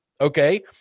Okay